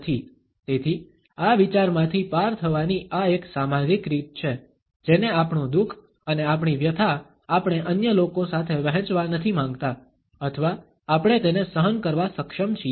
તેથી આ વિચારમાંથી પાર થવાની આ એક સામાજિક રીત છે જેને આપણું દુખ અને આપણી વ્યથા આપણે અન્ય લોકો સાથે વહેંચવા નથી માંગતા અથવા આપણે તેને સહન કરવા સક્ષમ છીએ